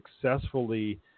successfully